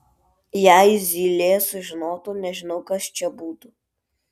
jei zylė sužinotų nežinau kas čia būtų